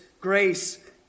Grace